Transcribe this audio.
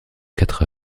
quatre